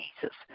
Jesus